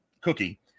cookie